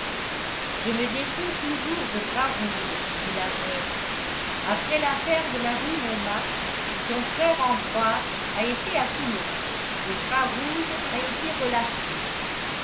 je me défie toujours de bras rouge dit la veuve après l'affaire de la rue montmartre ton frère ambroise a été à toulon et bras rouge a été relâché